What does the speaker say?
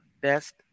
best